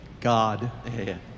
God